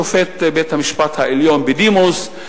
שופט בית-המשפט העליון בדימוס.